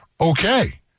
okay